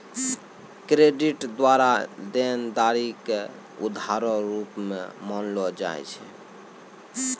credit द्वारा देनदारी के उधारो रूप मे मानलो जाय छै